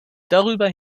darüber